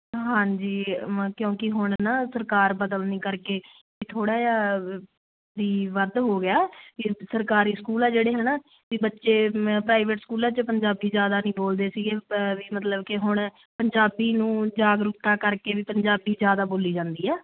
ਹਾਂਜੀ ਮ ਕਿਉਂਕਿ ਹੁਣ ਨਾ ਸਰਕਾਰ ਬਦਲਣੇ ਕਰਕੇ ਬਈ ਥੋੜ੍ਹਾ ਜਿਹਾ ਵੀ ਵੱਧ ਹੋ ਗਿਆ ਵੀ ਸਰਕਾਰੀ ਸਕੂਲ ਹੈ ਜਿਹੜੇ ਹੈ ਨਾ ਵੀ ਬੱਚੇ ਪ੍ਰਾਈਵੇਟ ਸਕੂਲਾਂ 'ਚ ਪੰਜਾਬੀ ਜ਼ਿਆਦਾ ਨਹੀਂ ਬੋਲਦੇ ਸੀਗੇ ਬਈ ਮਤਲਬ ਕਿ ਹੁਣ ਪੰਜਾਬੀ ਨੂੰ ਜਾਗਰੂਕਤਾ ਕਰਕੇ ਵੀ ਪੰਜਾਬੀ ਜ਼ਿਆਦਾ ਬੋਲੀ ਜਾਂਦੀ ਹੈ